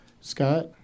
Scott